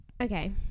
Okay